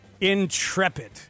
Intrepid